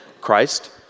Christ